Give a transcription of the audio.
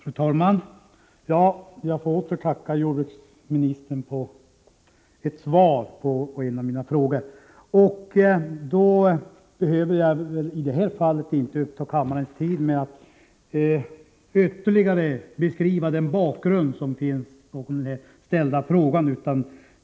Fru talman! Jag får tacka jordbruksministern för svaret på min fråga. I det här fallet behöver jag inte uppta kammarens tid med att ytterligare beskriva bakgrunden till den ställda frågan.